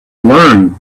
learn